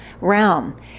realm